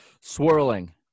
swirling